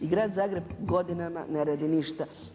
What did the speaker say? I grad Zagreb godinama ne radi ništa.